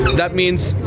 that means,